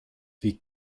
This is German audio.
wie